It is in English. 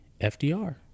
FDR